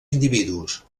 individus